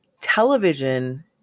television